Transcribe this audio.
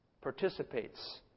participates